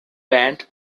band